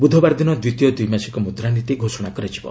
ବୁଧବାର ଦିନ ଦ୍ୱିତୀୟ ଦ୍ୱିମାସିକ ମୁଦ୍ରାନୀତି ଘୋଷଣା କରାଯିବ